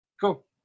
Cool